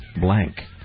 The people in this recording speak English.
blank